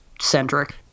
centric